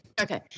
Okay